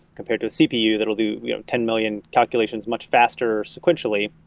compared to a cpu that will do ten million calculations much faster sequentially,